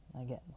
Again